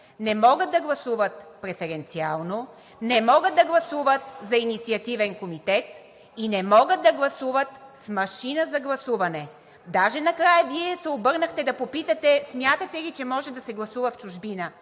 не могат да гласуват преференциално, не могат да гласуват за инициативен комитет и не могат да гласуват с машина за гласуване? Даже накрая Вие се обърнахте да попитате: смятате ли, че може да се гласува в чужбина?